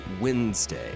Wednesday